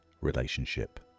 relationship